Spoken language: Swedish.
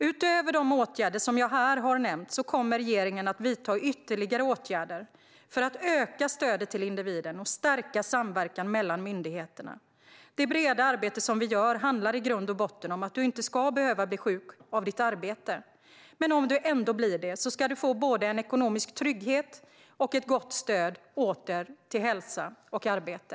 Utöver de åtgärder som jag här har nämnt kommer regeringen att vidta ytterligare åtgärder för att öka stödet till individen och stärka samverkan mellan myndigheterna. Det breda arbete som vi gör handlar i grund och botten om att du inte ska behöva bli sjuk av ditt arbete, men om du ändå blir det ska du få både ekonomisk trygghet och gott stöd åter till hälsa och arbete.